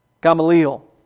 Gamaliel